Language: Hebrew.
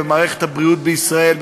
במערכת הבריאות בישראל,